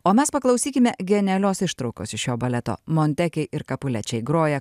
o mes paklausykime genialios ištraukos iš šio baleto montekiai ir kapulečiai groja